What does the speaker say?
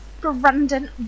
Brandon